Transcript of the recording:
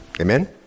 Amen